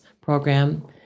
program